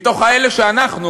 מאלה שאנחנו,